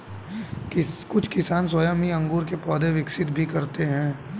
कुछ किसान स्वयं ही अंगूर के पौधे विकसित भी करते हैं